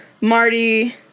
Marty